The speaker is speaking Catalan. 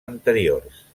anteriors